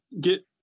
get